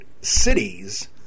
cities